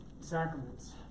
sacraments